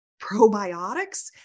probiotics